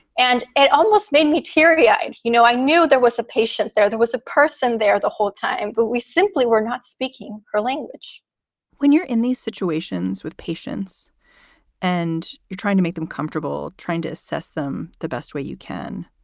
and it almost made me teary eyed. you know, i knew there was a patient there. there was a person there the whole time, but we simply were not speaking her language when you're in these situations with patients and you're trying to make them comfortable, trying to assess them the best way you can.